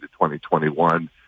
2021